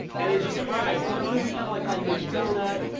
and it just fries. you know, this is kind of like how you make a doughnut.